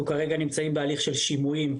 אנחנו כרגע נמצאים בהליך של שימועים,